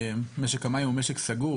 משק המים הוא משק סגור,